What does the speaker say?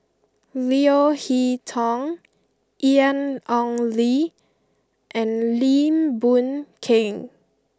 Leo Hee Tong Ian Ong Li and Lim Boon Keng